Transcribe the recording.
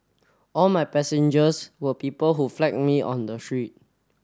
all my passengers were people who flag me on the street